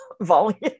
volume